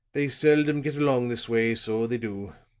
they seldom get along this way, so they do.